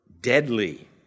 deadly